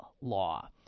law